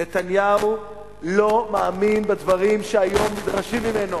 נתניהו לא מאמין בדברים שהיום נדרשים ממנו.